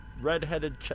redheaded